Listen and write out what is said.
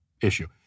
issue